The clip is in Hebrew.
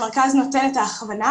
המרכז נותן את ההכוונה,